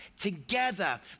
together